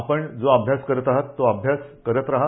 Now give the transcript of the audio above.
आपण जो अभ्यास करत आहात तो अभ्यास करत रहा